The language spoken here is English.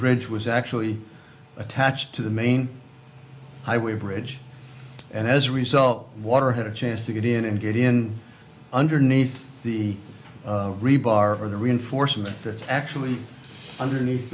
bridge was actually attached to the main highway bridge and as a result water had a chance to get in and get in underneath the rebar or the reinforcement to actually underneath